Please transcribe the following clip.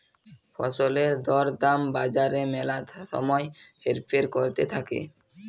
ফসলের দর দাম বাজারে ম্যালা সময় হেরফের ক্যরতে থাক্যে